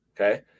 Okay